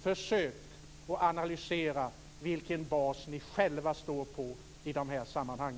Försök analysera vilken bas ni själva står på i dessa sammanhang.